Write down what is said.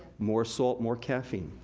more salt, more caffeine.